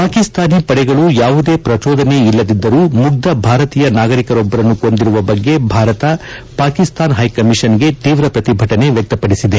ಪಾಕಿಸ್ತಾನಿ ಪಡೆಗಳು ಯಾವುದೇ ಪ್ರಚೋದನೆ ಇಲ್ಲದಿದ್ದರೂ ಮುಗ್ದ ಭಾರತೀಯ ನಾಗರಿಕರೊಬ್ಬರನ್ನು ಕೊಂದಿರುವ ಬಗ್ಗೆ ಭಾರತ ಪಾಕಿಸ್ತಾನ ಹೈಕಮಿಷನ್ಗೆ ತೀವ್ರ ಪ್ರತಿಭಟನೆ ವ್ಯಕ್ತಪಡಿಸಿದೆ